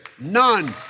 none